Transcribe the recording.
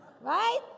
right